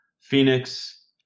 phoenix